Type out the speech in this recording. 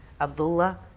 Abdullah